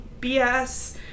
BS